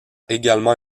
également